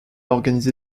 organisé